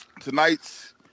tonight's